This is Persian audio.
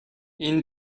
این